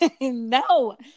No